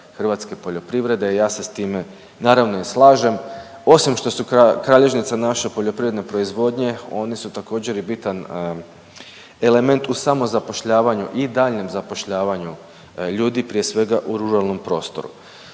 hrvatske poljoprivrede. Ja se s time naravno i slažem. Osim što su kralježnica naše poljoprivredne proizvodnje oni su također i bitan element u samozapošljavanju i daljnjem zapošljavanju ljudi prije svega u ruralnom prostoru.